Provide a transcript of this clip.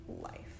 life